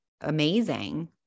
amazing